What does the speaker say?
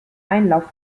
einlauf